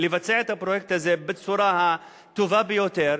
לבצע את הפרויקט הזה בצורה הטובה ביותר,